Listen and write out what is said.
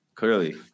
Clearly